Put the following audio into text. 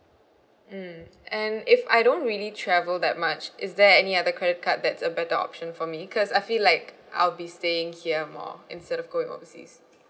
mm and if I don't really travel that much is there any other credit card that's a better option for me because I feel like I'll be staying here more instead of going overseas